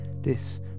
This